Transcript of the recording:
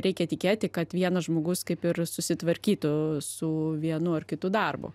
reikia tikėti kad vienas žmogus kaip ir susitvarkytų su vienu ar kitu darbu